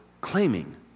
claiming